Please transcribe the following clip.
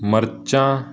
ਮਿਰਚਾਂ